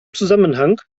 zusammenhang